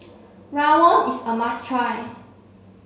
Rawon is a must try